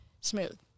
Smooth